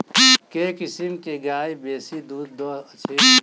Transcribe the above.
केँ किसिम केँ गाय बेसी दुध दइ अछि?